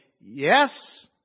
yes